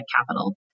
capital